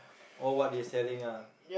or what they selling ah